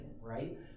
right